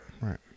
right